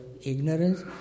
ignorance